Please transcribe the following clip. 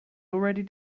already